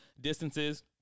distances